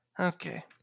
Okay